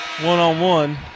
One-on-one